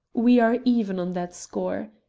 we are even on that score.